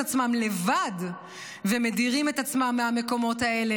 עצמם לבד ומדירים את עצמם מהמקומות האלה,